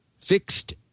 fixed